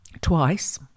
twice